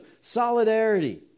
solidarity